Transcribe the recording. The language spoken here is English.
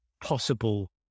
possible